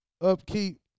upkeep